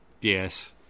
Yes